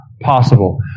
possible